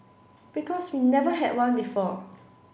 because we never had one before